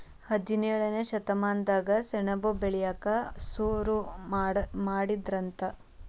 ಹದಿನೇಳನೇ ಶತಮಾನದಾಗ ಸೆಣಬ ಬೆಳಿಯಾಕ ಸುರು ಮಾಡಿದರಂತ